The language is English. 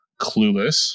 Clueless